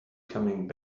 coming